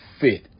fit